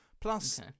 Plus